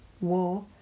war